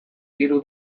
hiru